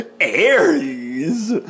Aries